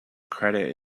credit